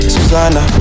Susanna